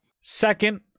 Second